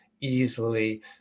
easily